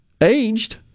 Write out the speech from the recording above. aged